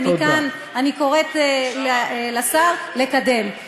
ומכאן אני קוראת לשר לקדם.